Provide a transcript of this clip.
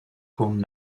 con